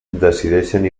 decideixen